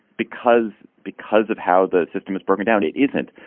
because because of how the system is broken down, it isn't.